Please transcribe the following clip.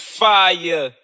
fire